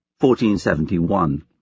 1471